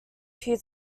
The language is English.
few